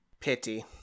Pity